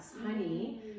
Honey